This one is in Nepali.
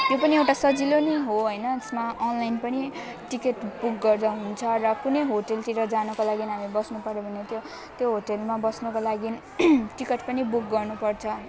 त्यो पनि एउटा सजिलो नै हो हैन यसमा अनलाइन पनि टिकट बुक गर्दा हुन्छ र कुनै होटेलतिर जानको लागि हामी बस्नुपर्यो भने त्यो त्यो होटेलमा बस्नको लागि टिकट पनि बुक गर्नुपर्छ